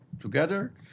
together